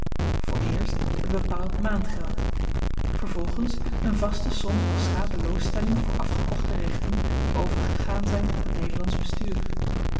het bepaald maandgeld vervolgens een vaste som als schadeloosstelling voor afgekochte rechten die overgegaan zyn op t nederlandsch bestuur